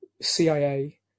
CIA